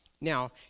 Now